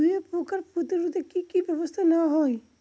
দুয়ে পোকার প্রতিরোধে কি কি ব্যাবস্থা নেওয়া হয়?